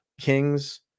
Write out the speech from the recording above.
Kings